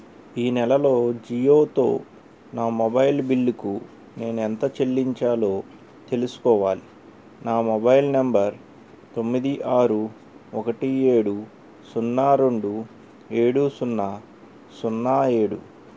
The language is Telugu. ఈ నెలలో జియోతో నా మొబైల్ బిల్లుకు నేను ఎంత చెల్లించాలో తెలుసుకోవాలి నా మొబైల్ నెంబర్ తొమ్మిది ఆరు ఒకటి ఏడు సున్నా రెండు ఏడు సున్నా సున్నా ఏడు